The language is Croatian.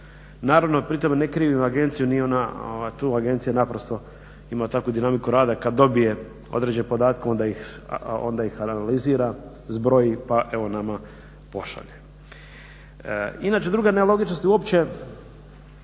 Naravno pri tome ne krivim agenciju, nije ona tu, agencija naprosto ima takvu dinamiku rada kad dobije određene podatke onda ih analizira, zbroji pa evo nama pošalje. Inače druga nelogičnost je uopće